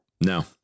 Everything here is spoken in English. No